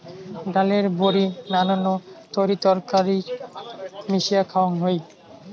ডাইলের বড়ি নানান তরিতরকারিত মিশিয়া খাওয়াং হই